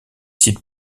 sites